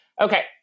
Okay